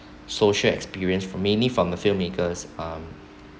social experience for mainly from the filmmakers um